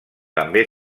també